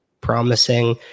promising